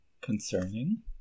concerning